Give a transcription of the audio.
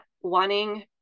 wanting